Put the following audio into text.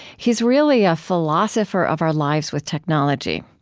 he's really a philosopher of our lives with technology.